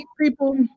People